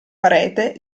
parete